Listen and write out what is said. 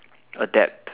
adapt